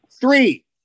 Three